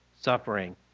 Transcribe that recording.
suffering